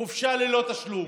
חופשה ללא תשלום.